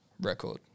record